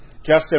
Justin